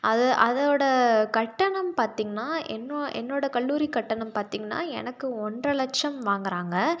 அதை அதோட கட்டணம் பார்த்திங்கனா என்னோ என்னோட கல்லூரி கட்டணம் பார்த்திங்கனா எனக்கு ஒன்றை லட்சம் வாங்குறாங்க